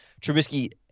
Trubisky